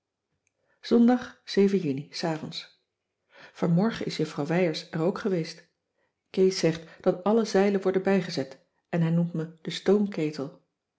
ondag uni s avonds vanmorgen is juffrouw wijers er ook geweest kees zegt dat alle zeilen worden bijgezet en hij noemt me den